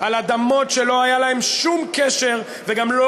על אדמות שלא היה להן שום קשר וגם לא